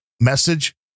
message